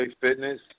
Fitness